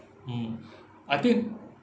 mm I think